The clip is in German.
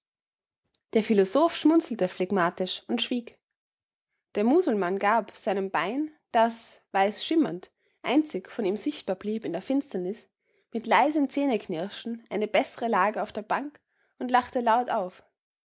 der philosoph schmunzelte phlegmatisch und schwieg der musulmann gab seinem bein das weiß schimmernd einzig von ihm sichtbar blieb in der finsternis mit leisem zähneknirschen eine bessere lage auf der bank und lachte laut auf